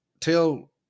tell